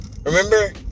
Remember